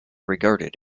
regarded